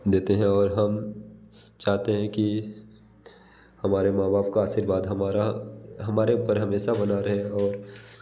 देते है और हम चाहते है कि हमारे माँ बाप का आशीर्वाद हमारा हमारे ऊपर हमेशा बना रहे और